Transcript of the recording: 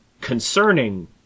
concerning